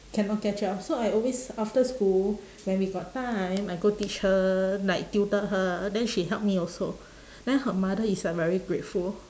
cannot catch up so I always after school when we got time I go teach her like tutor her then she help me also then her mother is like very grateful